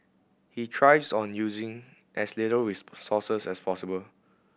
he thrives on using as little resources as possible